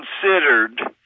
considered